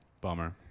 Bummer